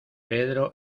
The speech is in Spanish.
pedro